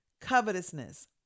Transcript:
covetousness